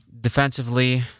defensively